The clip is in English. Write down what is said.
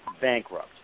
bankrupt